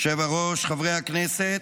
היושב-ראש, חברי הכנסת,